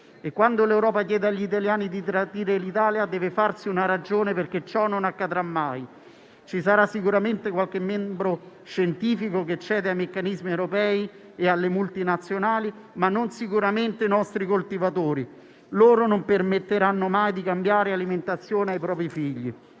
Quando l'Europa chiede agli italiani di tradire l'Italia deve farsi una ragione del fatto che ciò non accadrà mai. Ci sarà sicuramente qualche membro scientifico che cede ai meccanismi europei e alle multinazionali, ma sicuramente non i nostri coltivatori, che non permetteranno mai di cambiare alimentazione ai propri figli.